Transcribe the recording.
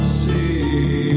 see